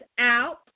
out